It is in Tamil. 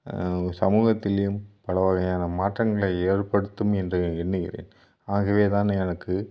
சமூகத்திலியும் பலவகையான மாற்றங்களை ஏற்படுத்தும் என்று எண்ணுகிறேன் ஆகவே தான் எனக்கு